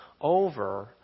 over